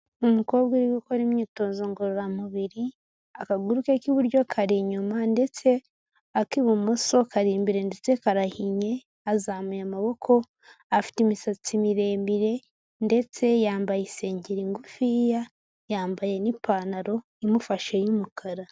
Umukobwa uri gukora imyitozo ngororamubiri akaguru ke k'iburyo kari inyuma ndetse ak'ibumoso kari imbere ndetse karahinnye, azamuye amaboko, afite imisatsi miremire ndetse yambaye isengeri ngufiya, yambaye n'ipantaro imufashe y'umukara.